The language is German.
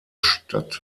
stadt